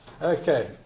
Okay